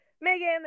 Megan